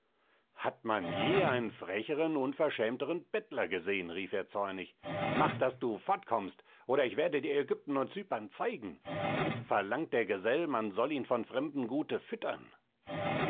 hat man je einen frecheren unverschämteren bettler gesehen rief er zornig mach daß du fortkommst oder ich werde dir ägypten und cypern zeigen verlangt der gesell man soll ihn von fremdem gute füttern